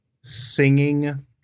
singing